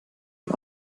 die